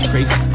Crazy